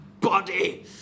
body